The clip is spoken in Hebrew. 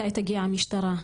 מתי תגיע המשטרה.